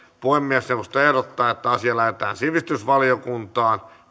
puhemiesneuvosto ehdottaa että asia lähetetään sivistysvaliokuntaan